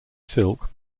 silk